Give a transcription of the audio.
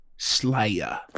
Slayer